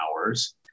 hours